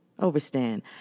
Overstand